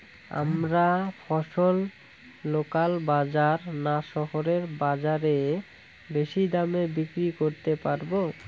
আমরা ফসল লোকাল বাজার না শহরের বাজারে বেশি দামে বিক্রি করতে পারবো?